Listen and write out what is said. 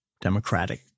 democratic